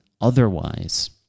otherwise